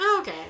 Okay